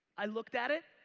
i looked at it,